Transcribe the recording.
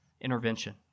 intervention